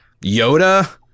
yoda